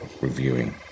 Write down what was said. reviewing